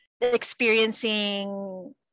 experiencing